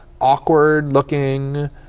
awkward-looking